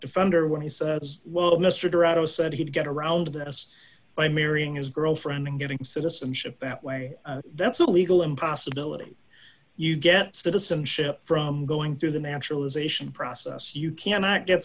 defender when he says well mr toronto said he'd get around this by marrying his girlfriend and getting citizenship that way that's illegal and possibility you get citizenship from going through the natural ization process you cannot get